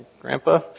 Grandpa